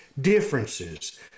differences